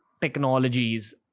technologies